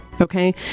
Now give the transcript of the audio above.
Okay